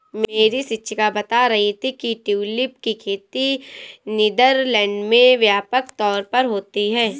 मेरी शिक्षिका बता रही थी कि ट्यूलिप की खेती नीदरलैंड में व्यापक तौर पर होती है